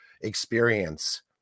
experience